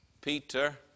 Peter